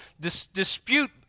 dispute